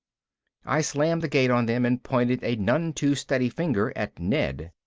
i slammed the gate on them and pointed a none too steady finger at ned.